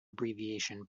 abbreviation